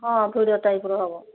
ହଁ ଭିଡ଼ିଓ ଟାଇପ୍ର ହେବ